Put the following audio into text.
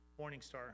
Morningstar